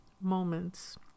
moments